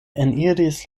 eniris